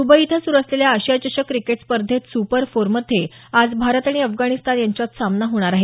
Dubai इथं सुरु असलेल्या आशिया चषक क्रिकेट स्पर्धेत सुपर फोरमध्ये आज भारत आणि अफगाणिस्तान यांच्यात सामना होणार आहे